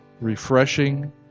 refreshing